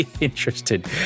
interested